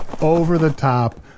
over-the-top